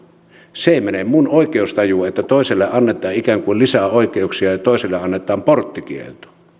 se ei mene minun oikeustajuuni että toiselle annetaan ikään kuin lisää oikeuksia ja toiselle annetaan porttikielto